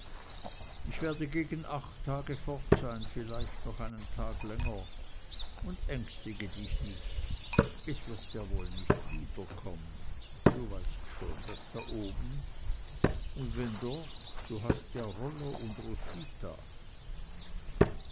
ich werde gegen acht tage fort sein vielleicht noch einen tag länger und ängstige dich nicht es wird ja wohl nicht wiederkommen du weißt schon das da oben und wenn doch du hast ja rollo und roswitha